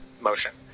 motion